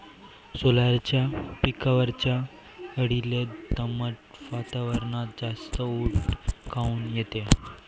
सोल्याच्या पिकावरच्या अळीले दमट वातावरनात जास्त ऊत काऊन येते?